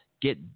get